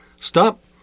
Stop